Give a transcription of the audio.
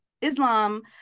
islam